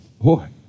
boy